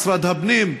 משרד הפנים?